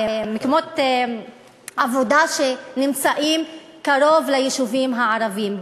מקומות עבודה שנמצאים קרוב ליישובים הערביים.